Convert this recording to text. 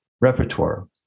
repertoire